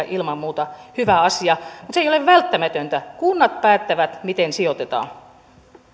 ilman muuta hyvä asia mutta se ei ole välttämätöntä kunnat päättävät miten sijoitetaan